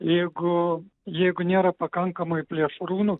jeigu jeigu nėra pakankamai plėšrūnų